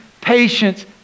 patience